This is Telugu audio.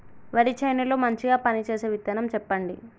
వరి చేను లో మంచిగా పనిచేసే విత్తనం చెప్పండి?